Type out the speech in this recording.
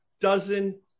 dozen